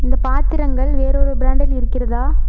இந்த பாத்திரங்கள் வேறொரு பிராண்டில் இருக்கிறதா